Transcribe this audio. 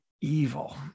evil